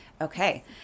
Okay